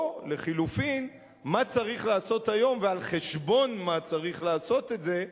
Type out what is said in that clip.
או לחלופין מה צריך לעשות היום ועל חשבון מה צריך לעשות את זה,